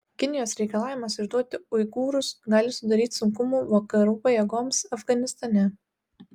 kinijos reikalavimas išduoti uigūrus gali sudaryti sunkumų vakarų pajėgoms afganistane